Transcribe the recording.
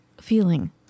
feeling